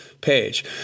page